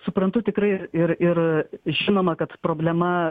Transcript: suprantu tikrai ir ir žinoma kad problema